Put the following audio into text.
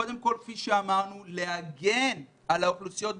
קודם כל, כפי שאמרנו, להגן על האוכלוסיות בסיכון,